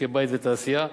משקי-בית ותעשייה,